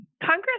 Congress